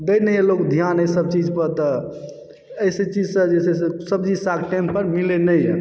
दै नहि अइ लोग ध्यान एहिसभ चीज पर तऽ एहिसँ चीजसँ सब्जी साग टाइम पर मिलय नहि यऽ